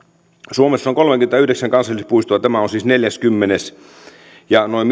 suomessa on kolmekymmentäyhdeksän kansallispuistoa tämä on siis neljäkymmentä ja noin